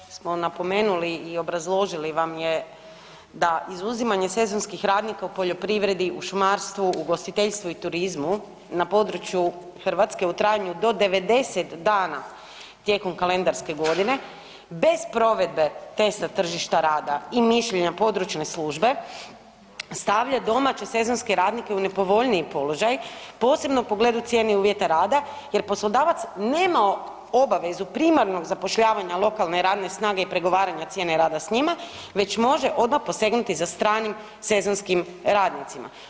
Dakle, ono što smo napomenuli i obrazložili vam je da izuzimanje sezonskih radnika u poljoprivredi, šumarstvu, ugostiteljstvu i turizmu na području Hrvatske u trajanju do 90 dana tijekom kalendarske godine bez provedbe testa tržišta rada i mišljenja područne službe stavlja domaće sezonske radnike u nepovoljniji položaj posebno u pogledu cijene uvjeta rada jer poslodavac nema obavezu primarnog zapošljavanja lokalne radne snage i pregovaranja cijene rada s njima već može odmah posegnuti za stranim sezonskim radnicima.